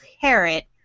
Carrot